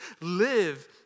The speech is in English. live